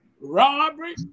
robbery